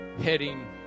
heading